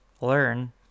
learn